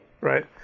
Right